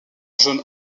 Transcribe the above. jaune